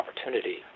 opportunity